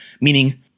meaning